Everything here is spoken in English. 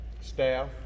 staff